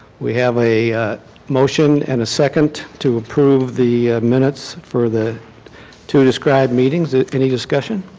we have a motion and a second to approve the minutes for the two describe meetings. any discussion?